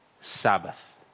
Sabbath